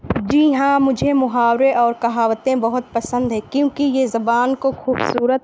جی ہاں مجھے محاورے اور کہاوتیں بہت پسند ہیں کیونکہ یہ زبان کو خوبصورت